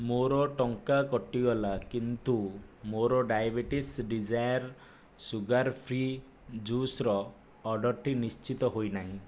ମୋର ଟଙ୍କା କଟିଗଲା କିନ୍ତୁ ମୋର ଡ଼ାଇବେଟିସ୍ ଡ଼ିଜାୟାର୍ ସୁଗାର ଫ୍ରି ଜୁସ୍ର ଅର୍ଡ଼ର୍ଟି ନିଶ୍ଚିତ ହୋଇନାହିଁ